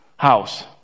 house